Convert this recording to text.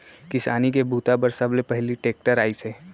किसानी के बूता बर सबले पहिली टेक्टर आइस हे